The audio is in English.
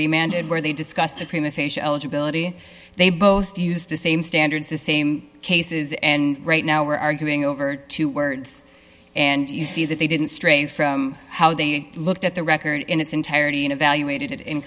remained where they discussed the prima facia eligibility they both used the same standards the same cases and right now we're arguing over two words and you see that they didn't stray from how they looked at the record in its entirety and evaluated i